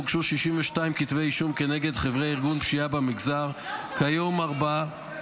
הוגשו 62 כתבי אישום כנגד חברי ארגון פשיעה במגזר --- לא שומעים,